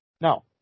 No